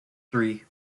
three